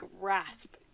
grasp